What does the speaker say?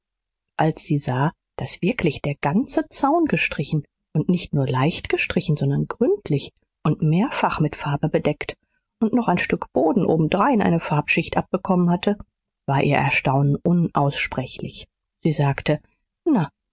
als sie sah daß wirklich der ganze zaun gestrichen und nicht nur leicht gestrichen sondern gründlich und mehrfach mit farbe bedeckt und noch ein stück boden obendrein eine farbschicht abbekommen hatte war ihr erstaunen unaussprechlich sie sagte na